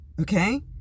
Okay